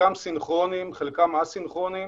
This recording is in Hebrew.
חלקם סינכרוניים, חלקם א-סינכרוניים.